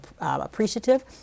appreciative